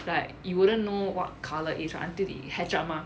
like you wouldn't know what colour is your until they hatch up mah